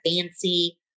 fancy